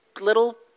little